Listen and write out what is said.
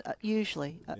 usually